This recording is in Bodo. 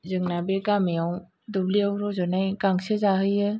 जोंना बे गामिआव दुब्लिआव रज'नाय गांसो जाहोयो